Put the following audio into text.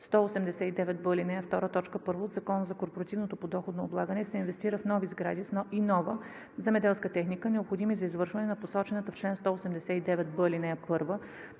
2, т. 1 от Закона за корпоративното подоходно облагане се инвестира в нови сгради и нова земеделска техника, необходими за извършване на посочената в чл. 189б, ал.